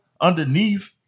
underneath